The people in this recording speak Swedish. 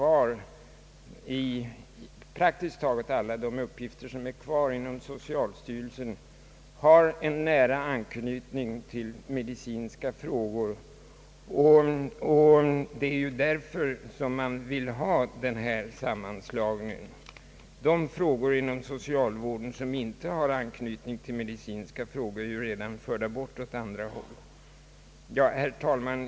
Praktiskt taget alla de uppgifter som är kvar inom socialstyrelsen har en nära anknytning till medicinska frågor, det är ju därför som man vill genomföra denna sammanslagning. De frågor inom socialvården som inte har anknytning till den medicinska vården är redan förda till andra myndigheter. | Herr talman!